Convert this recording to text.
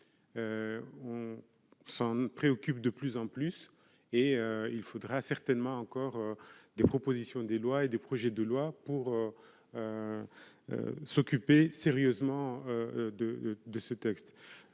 s'en préoccupe de plus en plus et il faudra certainement encore des propositions des lois et des projets de loi pour s'occuper sérieusement de de ce texte,